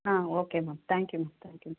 ah okay ma'am thank you ma'am